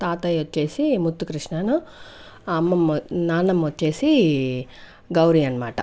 తాతయ్యోచ్చేసి ముద్దు కృష్ణన్ అమ్మమ్మ నానమొచ్చేసి గౌరి అన్మాట